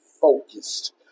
focused